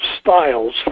styles